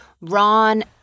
Ron